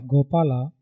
Gopala